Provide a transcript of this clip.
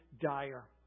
dire